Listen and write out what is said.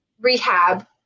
rehab